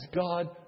God